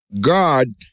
God